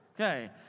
Okay